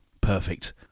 Perfect